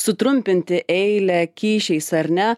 sutrumpinti eilę kyšiais ar ne